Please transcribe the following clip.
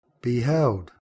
beheld